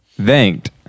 Thanked